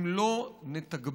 אם לא נתגבר,